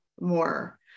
more